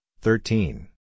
thirteen